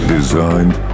Designed